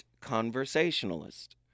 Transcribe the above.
conversationalist